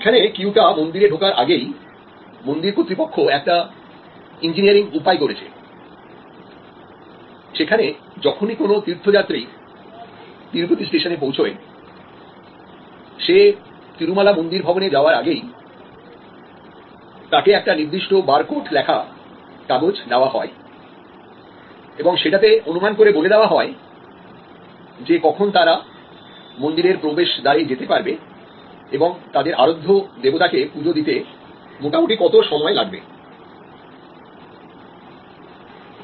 এখানে কিউ টা মন্দিরে ঢোকার আগেই মন্দির কর্তৃপক্ষ একটা ইঞ্জিনিয়ারিং উপায় করেছে যেখানে যখনই কোন তীর্থযাত্রী তিরুপতি স্টেশনে পৌঁছায় সে তিরুমালা মন্দির ভবনে যাওয়ার আগেই তাকে একটা নির্দিষ্ট বারকোড লেখা কাগজ দেওয়া হয় এবং সেটাতে অনুমান করে বলে দেওয়া হয় যে কখন তারা মন্দিরের প্রবেশদ্বারে যেতে পারবে এবং তাদের আরাধ্য দেবতা কে পুজো দিতে মোটামুটি কত সময় লাগবে